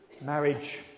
Marriage